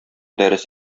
дәрес